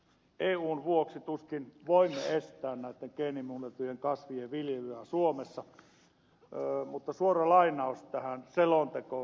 eun vuoksi tuskin voimme estää näitten geenimuunneltujen kasvien viljelyä suomessa mutta suora lainaus tähän selonteosta